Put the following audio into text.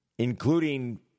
including